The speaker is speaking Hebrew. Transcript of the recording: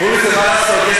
חוץ מזה, מה לעשות?